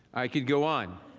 i could go on.